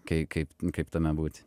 kai kaip kaip tame būti